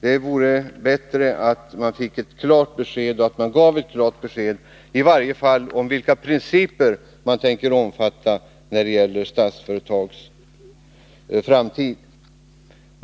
Det vore bättre om regeringen gav ett klart besked, åtminstone om vilka principer man tänker följa när det gäller Statsföretags framtid.